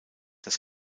das